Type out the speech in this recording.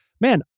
man